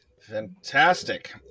Fantastic